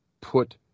put